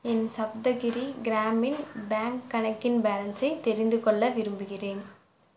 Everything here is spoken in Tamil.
என் சப்தகிரி க்ராமின் பேங்க் கணக்கின் பேலன்ஸை தெரிந்துகொள்ள விரும்புகிறேன்